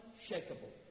unshakable